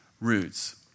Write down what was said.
roots